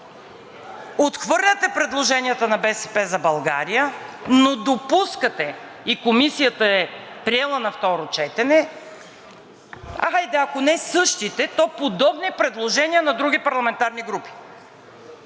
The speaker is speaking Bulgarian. отхвърляте предложенията на „БСП за България“, но допускате и Комисията е приела на второ четене, хайде, ако не същите, то подобни предложения на други парламентарни групи.